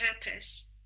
purpose